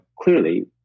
clearly